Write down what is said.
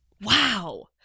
Wow